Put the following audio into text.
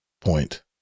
point